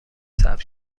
ثبت